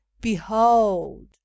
behold